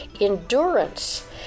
Endurance